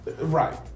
Right